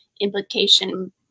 implication